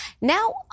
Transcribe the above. Now